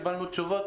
קיבלנו תשובות.